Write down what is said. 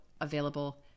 available